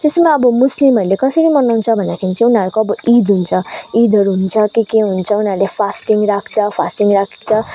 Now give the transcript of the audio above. त्यसमा अब मुस्लिमहरूले कसरी मनाउँछ भन्दाखेरि चाहिँ उनीहरूको अब ईद हुन्छ ईदहरू हुन्छ के के हुन्छ उनीहरूले फास्टिङ राख्छ फास्टिङ राख्छ